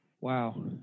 Wow